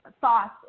thoughts